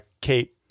Kate